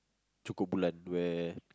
cukup bulan where